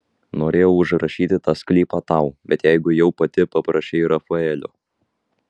norėjau užrašyti tą sklypą tau bet jeigu jau pati paprašei rafaelio